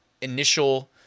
initial